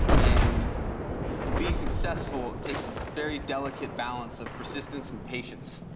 and to be successful takes a very delicate balance of persistence and patience.